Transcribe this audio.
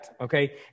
okay